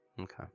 Okay